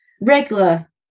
regular